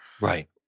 Right